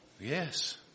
yes